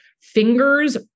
Fingers